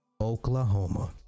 oklahoma